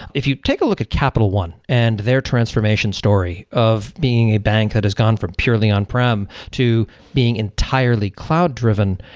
if you take a look at capital one and their transformation story of being a bank that has gone for purely on-prem to being entirely cloud driven,